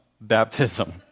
baptism